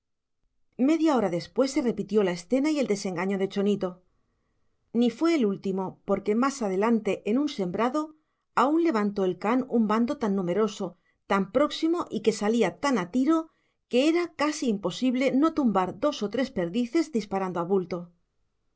media hora después se repitió la escena y el desengaño de chonito ni fue el último porque más adelante en un sembrado aún levantó el can un bando tan numeroso tan próximo y que salía tan a tiro que era casi imposible no tumbar dos o tres perdices disparando